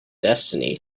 destiny